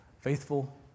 faithful